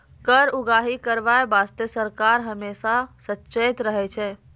कर उगाही करबाय बासतें सरकार हमेसा सचेत रहै छै